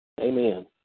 Amen